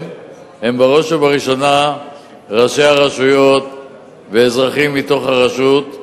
הם בראש ובראשונה ראשי הרשויות ואזרחים מתוך הרשות,